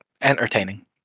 entertaining